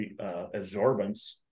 absorbance